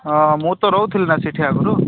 ହଁ ମୁଁ ତ ରହୁଥିଲି ନା ସେଠି ଆଗରୁ